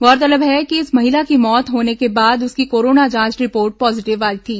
गौरतलब है कि इस महिला की मौत होने के बाद उसकी कोरोना जांच रिपोर्ट पॉजीटिव आई थी